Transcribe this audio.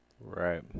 Right